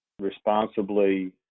responsibly